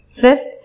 Fifth